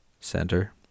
center